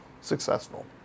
successful